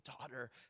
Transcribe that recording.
daughter